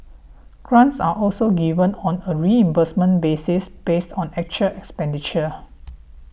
grants are also given on a reimbursement basis based on actual expenditure